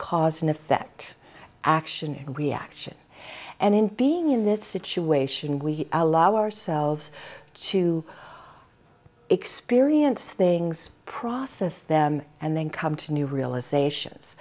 cause and effect action and reaction and in being in this situation we allow ourselves to experience things process them and then come to new realizations